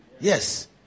Yes